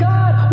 God